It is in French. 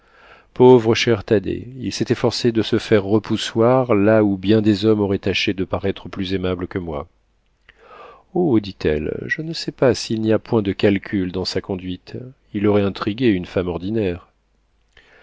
pauvre cher thaddée il s'est efforcé de se faire repoussoir là où bien des hommes auraient tâché de paraître plus aimables que moi oh dit-elle je ne sais pas s'il n'y a point de calcul dans sa conduite il aurait intrigué une femme ordinaire